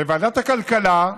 בוועדת הכלכלה,